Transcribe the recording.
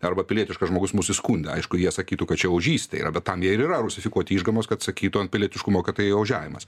arba pilietiškas žmogus mus įskundė aišku jie sakytų kad čia ožystė yra bet tam jie ir yra rusifikuoti išgamos kad sakytų ant pilietiškumo kad tai ožiavimas